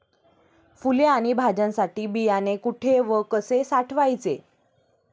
फुले आणि भाज्यांसाठी बियाणे कुठे व कसे साठवायचे?